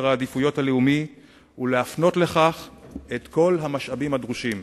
העדיפויות הלאומי ולהפנות לכך את כל המשאבים הדרושים.